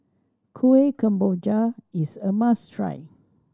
Kuih Kemboja is a must try